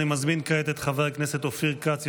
אני מזמין כעת את חבר הכנסת אופיר כץ,